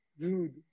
Dude